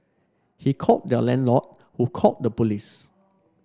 he called their landlord who called the police